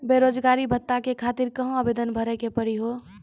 बेरोजगारी भत्ता के खातिर कहां आवेदन भरे के पड़ी हो?